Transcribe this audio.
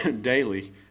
daily